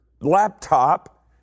laptop